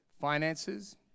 finances